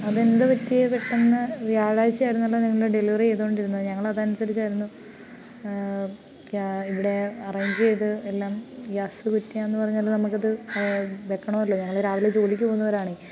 അതെന്ത് പറ്റി പെട്ടെന്ന് വ്യാഴാഴ്ച്ച ആയിരുന്നല്ലോ നിങ്ങൾ ഡെലിവറി ചെയ്തു കൊണ്ടിരുന്നത് ഞങ്ങൾ അതനുസരിച്ചു ആയിരുന്നു ഇവിടെ അറേഞ്ച് ചെയ്തത് എല്ലാം ഗ്യാസ് കുറ്റിയാണെന്ന് പറഞ്ഞാൽ നമുക്ക് അത് വയ്ക്കണമല്ലോ ഞങ്ങൾ രാവിലെ ജോലിക്ക് പോകുന്നവരാണ്